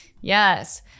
Yes